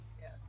Yes